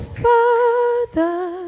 further